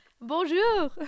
Bonjour